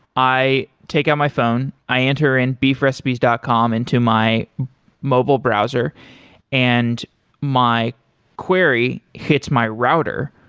i take out my phone, i enter in beefrecipes dot com into my mobile browser and my query hits my router.